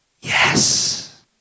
Yes